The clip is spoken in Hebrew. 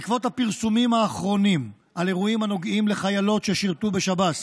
בעקבות הפרסומים האחרונים על אירועים הנוגעים לחיילות ששירתו בשב"ס